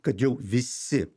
kad jau visi